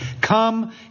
Come